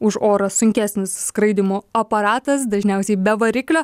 už orą sunkesnis skraidymo aparatas dažniausiai be variklio